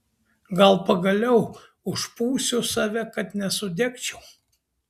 gal pagaliau užpūsiu save kad nesudegčiau